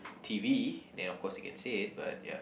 t_v then of course you can see it but ya